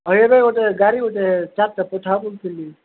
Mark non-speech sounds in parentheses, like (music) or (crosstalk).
ହଉ ଏବେ ଗୋଟେ ଗାଡ଼ି ଗୋଟେ (unintelligible)